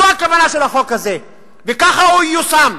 זו הכוונה של החוק הזה וככה הוא ייושם,